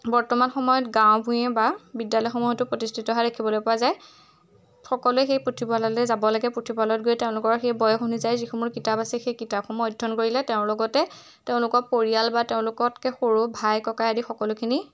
বৰ্তমান সময়ত গাঁৱে ভূঞে বা বিদ্যালয়সমূহতো প্ৰতিষ্ঠিত হোৱা দেখিবলৈ পোৱা যায় সকলোৱে সেই পুথিভঁৰালৈ যাব লাগে পুথিভঁৰালত গৈ তেওঁলোকৰ সেই বয়স অনুযায়ী যিসমূহ কিতাপ আছে সেই কিতাপসমূহ অধ্যয়ন কৰিলে তেওঁৰ লগতে তেওঁলোকৰ পৰিয়াল বা তেওঁলোককৈ সৰু ভাই ককাই আদি সকলোখিনি